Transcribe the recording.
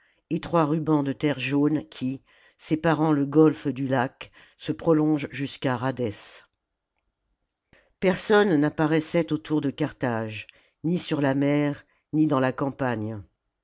taenia étroit ruban de terre jaune qui séparant le golfe du lac se prolonge jusqu'à rhadès personne n'apparaissait autour de carthage ni sur la mer ni dans la campagne